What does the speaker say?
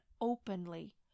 openly